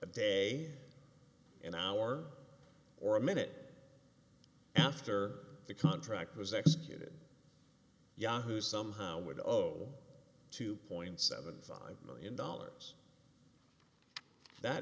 the day an hour or a minute after the contract was executed yahoo somehow would owe two point seven five million dollars that